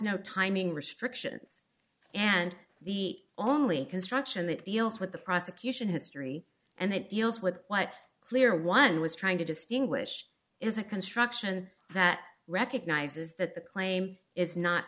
no timing restrictions and the only construction that deals with the prosecution history and that deals with what clear one was trying to distinguish is a construction that recognizes that the claim is not